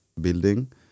building